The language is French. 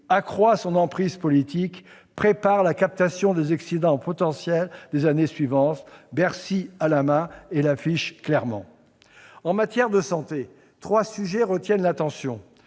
accroît son emprise politique et prépare la captation des excédents potentiels des années suivantes. Bercy a la main et l'affiche clairement. En matière de santé, trois sujets retiennent l'attention.